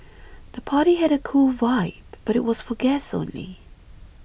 the party had a cool vibe but was for guests only